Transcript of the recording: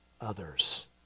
others